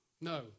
No